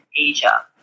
Asia